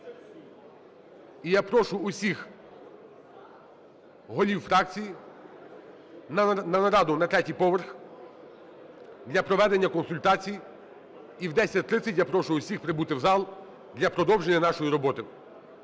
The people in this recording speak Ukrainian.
І я прошу усіх голів фракцій на нараду на третій поверх для проведення консультацій. І о 10:30 я прошу усіх прибути в зал для продовження нашої роботи.